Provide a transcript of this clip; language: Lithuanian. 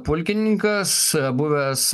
pulkininkas buvęs